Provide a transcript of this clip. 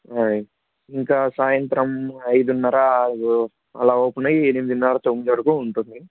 ఆయ్ ఇంకా సాయంత్రం ఐదున్నర ఆరు అలా ఓపెన్ అయ్యి ఎనిమిదిన్నర తొమ్మిది వరకు ఉంటుంది